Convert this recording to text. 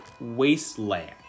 wasteland